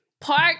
Park